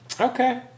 Okay